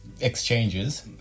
exchanges